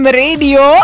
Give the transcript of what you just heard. radio